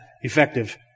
effective